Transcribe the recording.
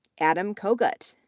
adam kogut,